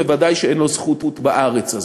וודאי שאין לו זכות בארץ הזאת.